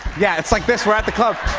yeah, it's like this. we're at the club.